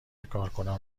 کارکنان